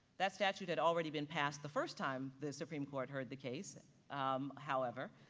that statute had already been passed the first time the supreme court heard the case um however,